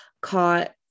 caught